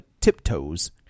tiptoes